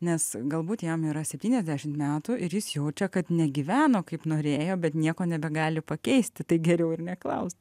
nes galbūt jam yra septyniasdešimt metų ir jis jaučia kad negyveno kaip norėjo bet nieko nebegali pakeisti tai geriau ir neklaust